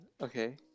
Okay